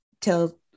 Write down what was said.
till